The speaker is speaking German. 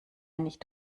nicht